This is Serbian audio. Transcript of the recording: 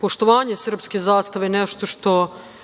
Poštovanje srpske zastave je nešto što